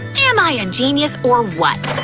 am i a genius or what?